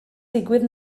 digwydd